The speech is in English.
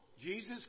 Jesus